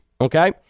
okay